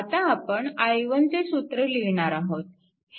आता आपण i1चे सूत्र लिहिणार आहोत